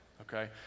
okay